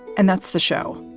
and that's the show.